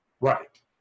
right